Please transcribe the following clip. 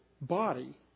body